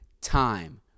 time